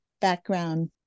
background